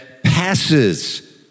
passes